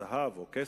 זהב או כסף.